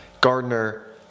Gardner